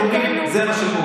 אז אתם אומרים: זה מה שקורה.